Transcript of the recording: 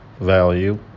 value